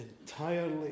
entirely